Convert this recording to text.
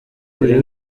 buri